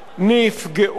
נפגעו,